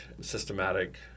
systematic